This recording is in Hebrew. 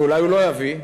ואולי הוא לא יביא,